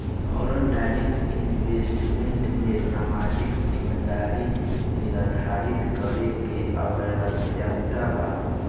foreign direct investment में सामाजिक जिम्मेदारी निरधारित करे के आवस्यकता बा